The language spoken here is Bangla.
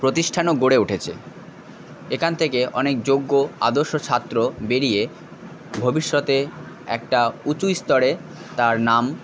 প্রতিষ্ঠানও গড়ে উঠেছে এখান থেকে অনেক যোগ্য আদর্শ ছাত্র বেরিয়ে ভবিষ্যতে একটা উঁচু স্তরে তার নাম